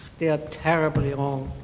they are terribly wrong.